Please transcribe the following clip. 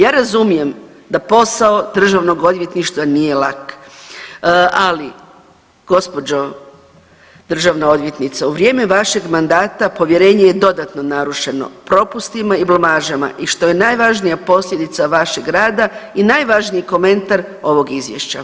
Ja razumijem da posao državnog odvjetništva nije lak, ali gđo. državna odvjetnice u vrijeme vašeg mandata povjerenje je dodatno narušeno propustima i blamažama i što je najvažnije posljedica vašeg rada je najvažniji komentar ovog izvješća.